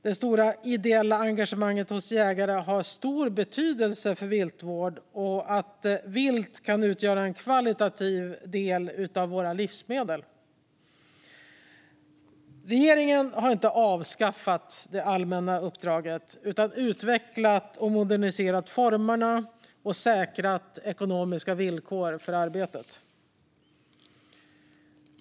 Det stora ideella engagemanget hos jägare har stor betydelse för viltvården och för att vilt kan utgöra en högkvalitativ del av våra livsmedel. Regeringen har inte avskaffat det allmänna uppdraget utan utvecklat och moderniserat formerna och säkrat ekonomiska villkor för arbetet.